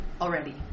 already